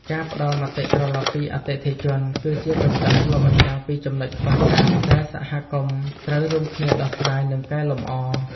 ការផ្ដល់មតិត្រឡប់ពីអតិថិជន គឺជាកញ្ចក់ឆ្លុះបញ្ចាំងពីចំណុចខ្វះខាតដែលសហគមន៍ត្រូវរួមគ្នាដោះស្រាយ និងកែលម្អ។